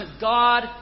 God